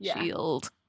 Shield